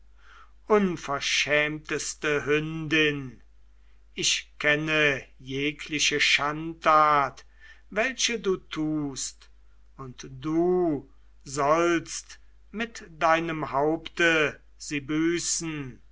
unverschämteste hündin ich kenne jegliche schandtat welche du tust und du sollst mit deinem haupte sie büßen